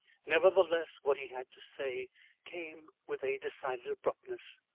nevertheless, what he had to say came with a decided abruptness.